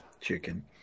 Chicken